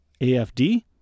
AFD